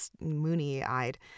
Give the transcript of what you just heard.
moony-eyed